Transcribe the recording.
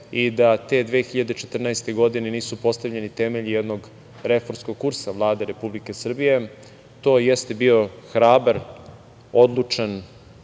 i da te 2014. godine nisu postavljeni temelji jednog reformskog kursa Vlade Republike Srbije. To jeste bio hrabar, odlučan